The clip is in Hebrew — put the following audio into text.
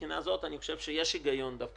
מהבחינה הזאת אני חושב שיש היגיון דווקא